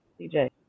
CJ